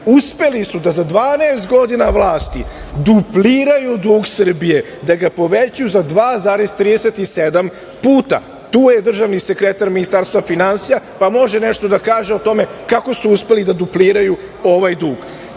Uspeli su da za 12 godina vlasti dupliraju dug Srbije, da ga povećaju za 2,37 puta, tu je državni sekretar Ministarstva finansija, pa može nešto da kaže o tome, kako su uspeli da dupliraju ovaj dug. Kada